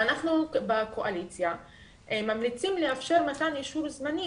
אנחנו בקואליציה ממליצים לאפשר מתן אישור זמני